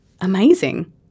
amazing